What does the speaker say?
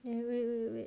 wait wait wait wait